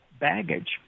baggage